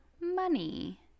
money